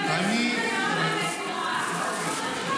הם צריכים עזרה מהמדינה, ואתם לא נותנים להם.